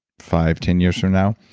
five, ten years from now,